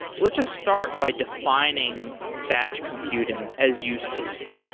let's just start by defining batch computing as you see it.